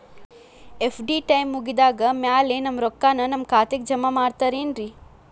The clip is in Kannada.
ಎಫ್.ಡಿ ಟೈಮ್ ಮುಗಿದಾದ್ ಮ್ಯಾಲೆ ನಮ್ ರೊಕ್ಕಾನ ನಮ್ ಖಾತೆಗೆ ಜಮಾ ಮಾಡ್ತೇರೆನ್ರಿ?